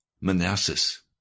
Manassas